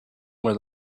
where